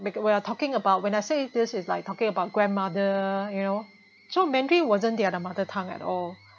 we are talking about when I say this is like talking about grandmother you know so mandarin wasn't their the mother tongue at all